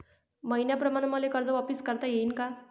मईन्याप्रमाणं मले कर्ज वापिस करता येईन का?